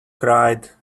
cried